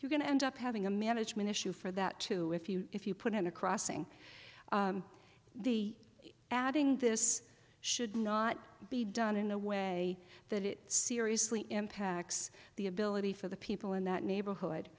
you're going to end up having a management issue for that too if you if you put in a crossing the adding this should not be done in a way that it seriously impacts the ability for the people in that neighborhood